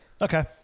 Okay